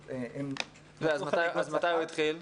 מתי הוא התחיל?